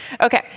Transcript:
Okay